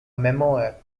memoir